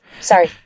sorry